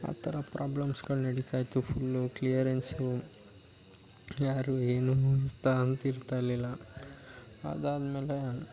ಆ ಥರ ಪ್ರಾಬ್ಲಮ್ಸುಗಳು ನಡೀತ ಇತ್ತು ಫುಲ್ಲು ಕ್ಲಿಯರೆನ್ಸು ಯಾರು ಏನು ಅಂತ ಅಂತಿರ್ತಾ ಇರಲಿಲ್ಲ ಅದಾದಮೇಲೆ